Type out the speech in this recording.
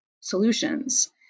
solutions